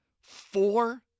four